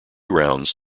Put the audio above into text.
rounds